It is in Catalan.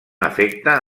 efecte